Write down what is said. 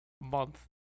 month